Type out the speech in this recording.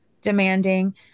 demanding